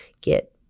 get